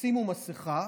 שימו מסכה,